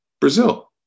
Brazil